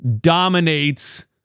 dominates